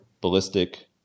ballistic